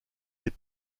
des